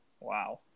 wow